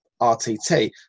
RTT